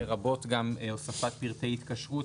לרבות גם הוספת פרטי התקשרות,